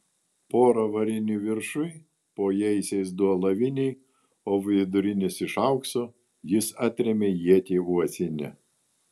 pora varinių viršuj po jaisiais du alaviniai o vidurinis iš aukso jis atrėmė ietį uosinę